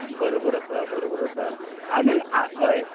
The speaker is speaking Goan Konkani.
बरोबर आसा बरोबर आसा आनीक हय